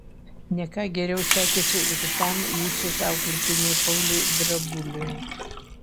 ne ką geriau sekėsi ir kitam justės auklėtiniui pauliui drabuliui